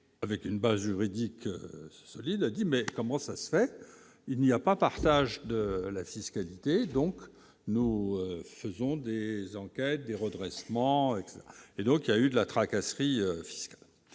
avec une base juridique solide, a dit : mais comment ça se fait, il n'y a pas partage de la fiscalité, donc nous faisons des enquêtes des redressements et donc il y a eu de la tracasseries fiscales,